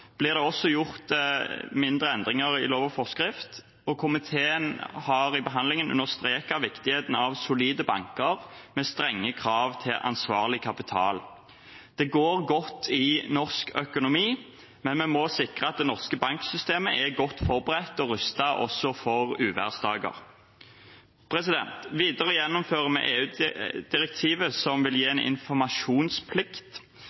det også gjort mindre endringer i lov og forskrift, og komiteen har i behandlingen understreket viktigheten av solide banker med strenge krav til ansvarlig kapital. Det går godt i norsk økonomi, men vi må sikre at det norske banksystemet er godt forberedt og rustet også for uværsdager. Videre gjennomfører vi EU-direktivet som vil gi